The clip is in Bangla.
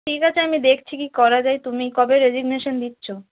ঠিক আছে আমি দেখছি কী করা যায় তুমি কবে রেজিগনেশান দিচ্ছ